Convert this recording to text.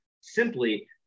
simply